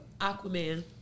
Aquaman